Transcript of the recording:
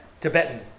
Tibetan